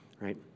right